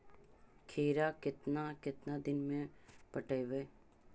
खिरा केतना केतना दिन में पटैबए है?